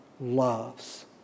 loves